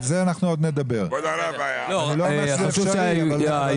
עוד נחזור לסעיף הזה.